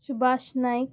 Subhash Naik